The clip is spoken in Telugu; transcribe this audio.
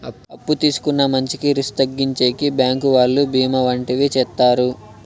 అప్పు తీసుకున్న మంచికి రిస్క్ తగ్గించేకి బ్యాంకు వాళ్ళు బీమా వంటివి చేత్తారు